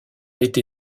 été